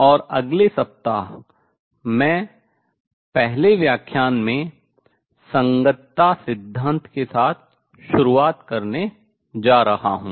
और अगले सप्ताह मैं पहले व्याख्यान में संगतता सिद्धांत के साथ शुरुआत करने जा रहा हूँ